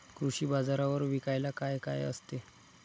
कृषी बाजारावर विकायला काय काय असते?